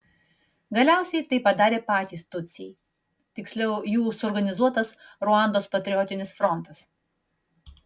galiausiai tai padarė patys tutsiai tiksliau jų suorganizuotas ruandos patriotinis frontas